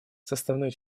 составной